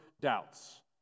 doubts